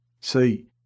See